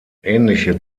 ähnliche